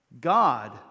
God